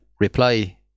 reply